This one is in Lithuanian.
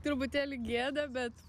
truputėlį gėda bet